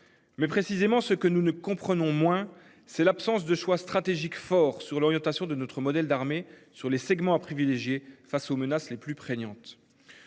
Mais précisément, ce que nous ne comprenons moins c'est l'absence de choix stratégiques fort sur l'orientation de notre modèle d'armée sur les segments à privilégier. Face aux menaces les plus prégnante.